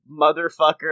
Motherfucker